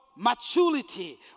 Maturity